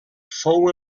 fou